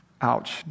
Ouch